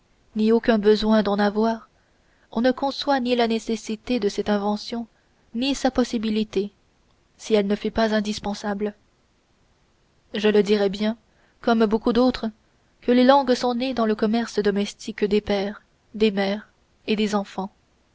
ni aucun besoin d'en avoir on ne conçoit ni la nécessité de cette invention ni sa possibilité si elle ne fut pas indispensable je dirais bien comme beaucoup d'autres que les langues sont nées dans le commerce domestique des pères des mères et des enfants